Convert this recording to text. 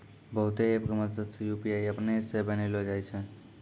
बहुते ऐप के मदद से यू.पी.आई अपनै से बनैलो जाय छै